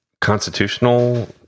constitutional